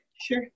Sure